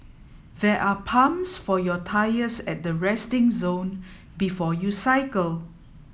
there are pumps for your tyres at the resting zone before you cycle